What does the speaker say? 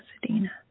Pasadena